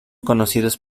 conocidos